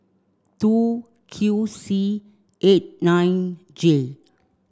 two Q C eight nine J